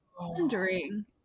wondering